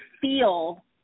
feel